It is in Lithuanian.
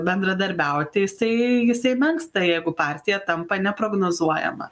bendradarbiauti jisai jisai menksta jeigu partija tampa neprognozuojama